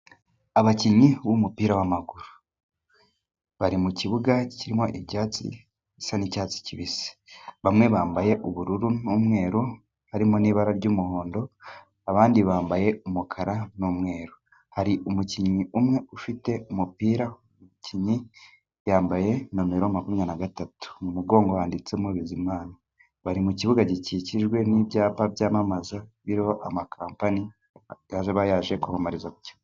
Abakinnyi b'umupira w'amaguru, bari mu kibuga kirimo ibyatsi bisa n'icyatsi kibisi ,bamwe bambaye ubururu n'umweru harimo n'ibara ry'umuhondo ,abandi bambaye umukara n'umweru ,hari umukinnyi umwe ufite umupira, umukinnyi yambaye numero makumyabiri na gatatu mu mugongo ,wanditsemo Bizimana bari mu kibuga gikikijwe n'ibyapa byamamaza biriho amakampanyi aba yaje kuhamamariza.